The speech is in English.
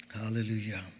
Hallelujah